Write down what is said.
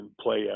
play